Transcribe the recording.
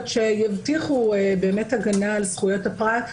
שיבטיחו באמת הגנה על זכויות הפרט.